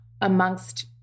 amongst